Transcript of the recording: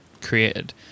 created